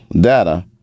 data